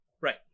Right